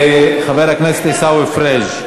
ניצן הורוביץ,